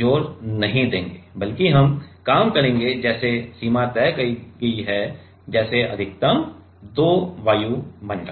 ज़ोर नहीं देंगे बल्कि हम काम करेंगे जैसे सीमा तय की जाएगी जैसे अधिकतम 2 वायुमंडल